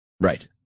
Right